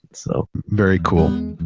so very cool.